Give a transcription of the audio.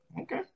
Okay